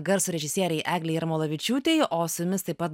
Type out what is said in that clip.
garso režisierei eglei jarmolavičiūtei o su jumis taip pat